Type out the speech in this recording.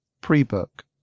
pre-book